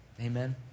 Amen